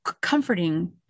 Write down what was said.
comforting